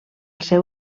seu